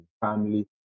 family